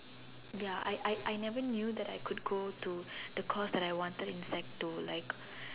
ya I I I never knew that I could go to the course that I wanted in sec two like